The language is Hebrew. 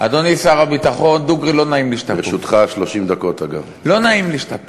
אדוני שר הביטחון, דוגרי, לא נעים לי שאתה פה.